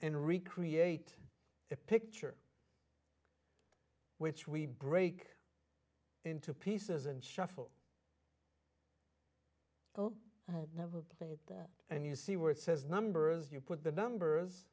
and recreate a picture which we break into pieces and shuffle oh never played that and you see where it says numbers you put the numbers